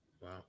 Wow